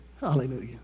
Hallelujah